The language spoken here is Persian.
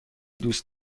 دوست